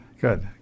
Good